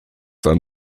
dann